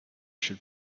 should